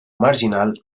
marginal